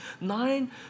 nine